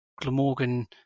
Glamorgan